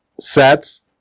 sets